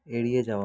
এড়িয়ে যাওয়া